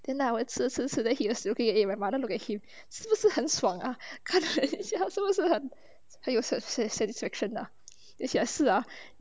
then I was 吃吃吃 then he was looking at me and my mother look at him 是不是很爽啊看了一下是不是很很有 satisfaction ah then he say 是啊